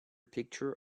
picture